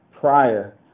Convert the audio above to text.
prior